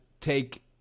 take